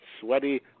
Sweaty